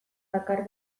bakar